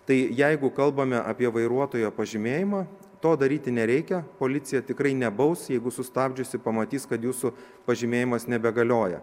tai jeigu kalbame apie vairuotojo pažymėjimą to daryti nereikia policija tikrai nebaus jeigu sustabdžiusi pamatys kad jūsų pažymėjimas nebegalioja